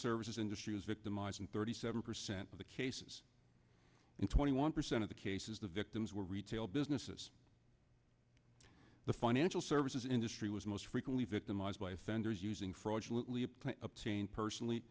services industry was victimized in thirty seven percent of the cases in twenty one percent of the cases the victims were retail businesses the financial services industry was most frequently victimized by offenders using